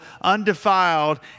undefiled